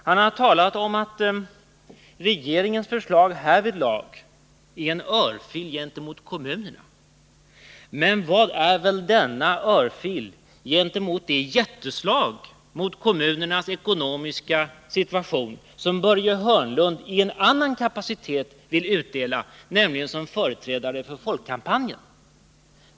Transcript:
Han har talat om att regeringens förslag härvidlag är en örfil åt kommunerna. Men vad är väl denna örfil gentemot de jätteslag mot kommunernas ekonomiska situation som Börje Hörnlund vill utdela i en annan kapacitet — nämligen som företrädare för folkkampanjen?